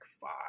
five